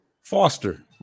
Foster